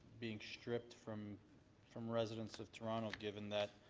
being stripped from from residents of toronto given that